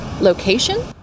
location